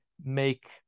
make